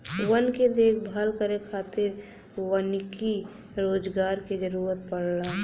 वन के देखभाल करे खातिर वानिकी रोजगार के जरुरत पड़ला